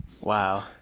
wow